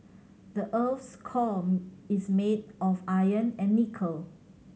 the earth's core is made of iron and nickel